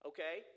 Okay